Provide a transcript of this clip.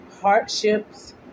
hardships